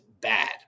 bad